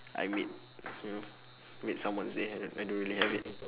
I made you know made someone's day I don't I don't really have it